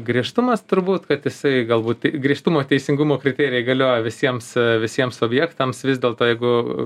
griežtumas turbūt kad jisai galbūt griežtumo teisingumo kriterijai galioja visiems visiems objektams vis dėlto jeigu